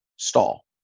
stall